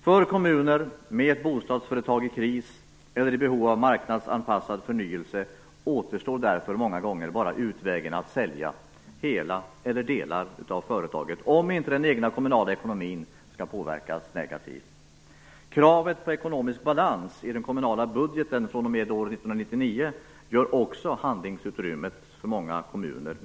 För kommuner med bostadsföretag i kris, eller i behov av marknadsanpassad förnyelse, återstår därför många gånger bara utvägen att sälja hela eller delar av företaget om inte den egna kommunala ekonomin skall påverkas negativt. Kravet på ekonomisk balans i den kommunala budgeten fr.o.m. år 1999 gör också handlingsutrymmet mindre för många kommuner.